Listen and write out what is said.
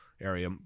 area